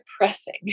depressing